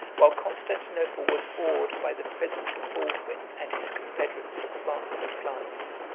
while constantinople was awed by the presence of baldwin and his confederates of france and flanders.